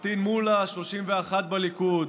פטין מולא, 31 בליכוד,